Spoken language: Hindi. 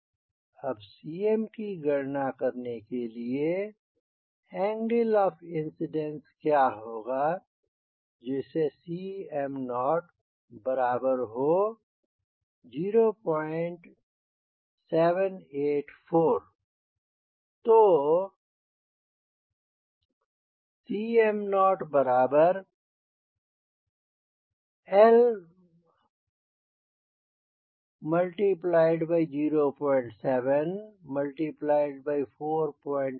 अब Cm की गणना करने के लिए एंगल ऑफ़ इन्सिडेन्स क्या होगा जिससे Cm0 0 0784